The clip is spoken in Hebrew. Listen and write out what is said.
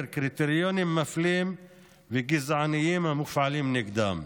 קריטריונים מפלים וגזעניים המופעלים נגדם.